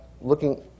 looking